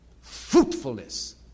Fruitfulness